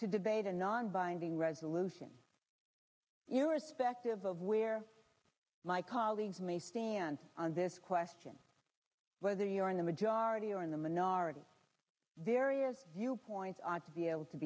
to debate a non binding resolution irrespective of where my colleagues may seem and on this question whether you are in the majority or in the minority various viewpoints are to be able to